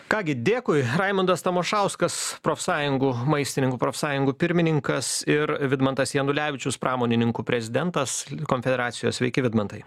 ką gi dėkui raimondas tamošauskas profsąjungų maistininkų profsąjungų pirmininkas ir vidmantas janulevičius pramonininkų prezidentas konfederacijos sveiki vidmantai